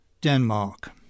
Denmark